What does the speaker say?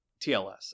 TLS